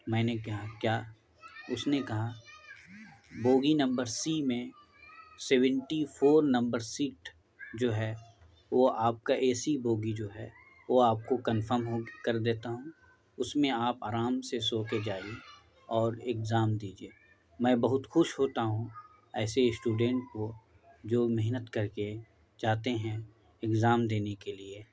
میں نے کہا کیا اس نے کہا بوگی نمبر سی میں سیونٹی فور نمبر سیٹ جو ہے وہ آپ کا اے سی بوگی جو ہے وہ آپ کو کنفرم ہو کر دیتا ہوں اس میں آپ آرام سے سو کے جائیے اور اگزام دیجیے میں بہت خوش ہوتا ہوں ایسے اسٹوڈینٹ وہ جو محنت کر کے جاتے ہیں اگزام دینے کے لیے